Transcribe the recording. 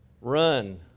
Run